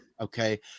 okay